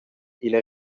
ina